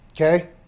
okay